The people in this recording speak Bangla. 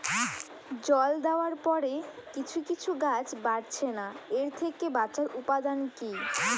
জল দেওয়ার পরে কিছু কিছু গাছ বাড়ছে না এর থেকে বাঁচার উপাদান কী?